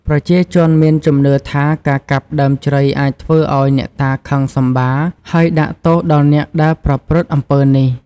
ប្រជាជនមានជំនឿថា ការកាប់ដើមជ្រៃអាចធ្វើឱ្យអ្នកតាខឹងសម្បារហើយដាក់ទោសដល់អ្នកដែលប្រព្រឹត្តអំពើនេះ។